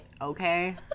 okay